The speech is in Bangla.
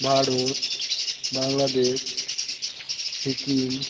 ভারত বাংলাদেশ সিকিম